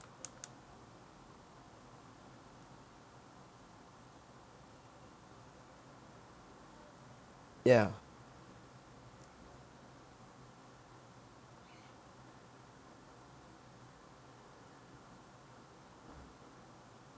ya